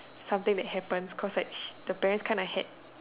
something that happens cause like she the parent's kind of had